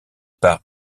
par